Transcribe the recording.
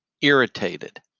irritated